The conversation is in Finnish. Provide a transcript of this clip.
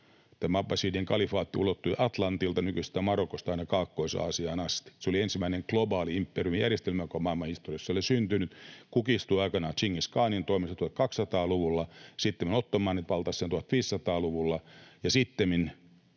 Tämä abbasidien kalifaatti ulottui Atlantilta nykyisestä Marokosta aina Kaakkois-Aasiaan asti. Se oli ensimmäinen globaali imperiumijärjestelmä, joka on maailmanhistoriassa syntynyt. Se kukistui aikanaan Tšingis-kaanin toimesta 1200-luvulla, sitten ottomaanit valtasivat sen 1500-luvulla, ja sittemmin